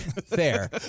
fair